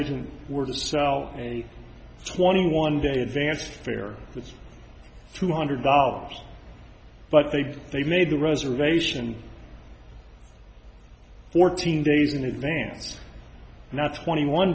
agent were to sell a twenty one day advance fare that's two hundred dollars but they they've made the reservation fourteen days in advance not twenty one